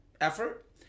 effort